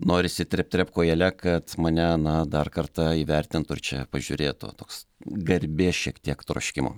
norisi trep trep kojele kad mane na dar kartą įvertintų ir čia pažiūrėtų toks garbės šiek tiek troškimo